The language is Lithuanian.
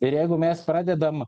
ir jeigu mes pradedam